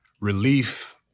relief